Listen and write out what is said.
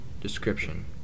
Description